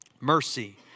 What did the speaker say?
Mercy